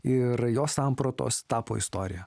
ir jos sampratos tapo istorija